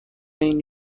این